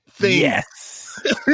yes